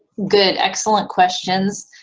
good, excellent questions.